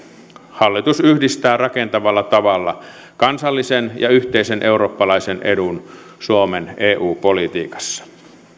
hallitus yhdistää rakentavalla tavalla kansallisen ja yhteisen eurooppalaisen edun suomen eu politiikassa